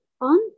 on